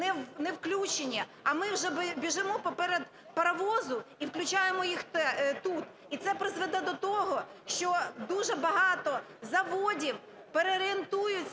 не включені, а ми вже біжимо поперед паровозу і включаємо їх тут. І це призведе до того, що дуже багато заводів переорієнтуються